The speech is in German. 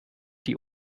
die